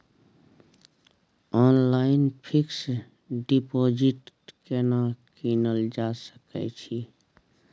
Online fix deposit केना कीनल जा सकै छी?